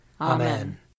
Amen